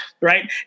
right